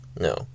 No